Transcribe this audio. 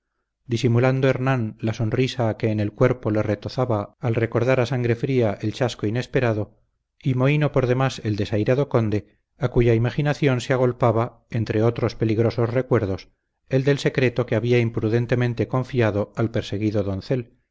disimulando hernán la risa que en el cuerpo le retozaba al recordar a sangre fría el chasco inesperado y mohíno por demás el desairado conde a cuya imaginación se agolpaba entre otros peligrosos recuerdos el del secreto que había imprudentemente confiado al perseguido doncel